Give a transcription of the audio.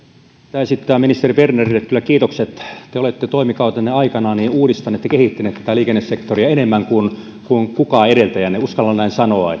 pitää esittää ministeri bernerille kyllä kiitokset te olette toimikautenne aikana uudistanut ja kehittänyt tätä liikennesektoria enemmän kuin kukaan edeltäjänne uskallan näin sanoa